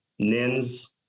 Nins